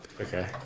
Okay